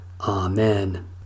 Amen